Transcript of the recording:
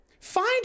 Find